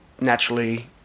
naturally